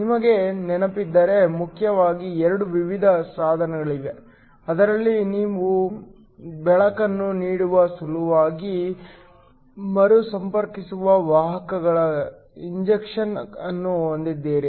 ನಿಮಗೆ ನೆನಪಿದ್ದರೆ ಮುಖ್ಯವಾಗಿ 2 ವಿಧದ ಸಾಧನಗಳಿವೆ ಅದರಲ್ಲಿ ನೀವು ಬೆಳಕನ್ನು ನೀಡುವ ಸಲುವಾಗಿ ಮರುಸಂಪರ್ಕಿಸುವ ವಾಹಕಗಳ ಇಂಜೆಕ್ಷನ್ ಅನ್ನು ಹೊಂದಿದ್ದೀರಿ